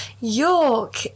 York